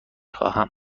خواهم